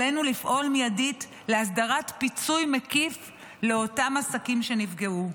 עלינו לפעול מיידית להסדרת פיצוי מקיף לאותם עסקים שנפגעו,